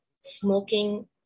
smoking